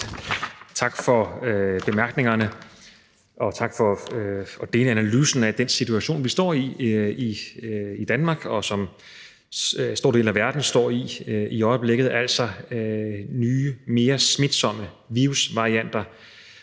Tak for bemærkningerne, og tak for at dele analysen af den situation, som vi står i i Danmark, og som en stor del af verden i øjeblikket står i. Nye, mere smitsomme virusvarianter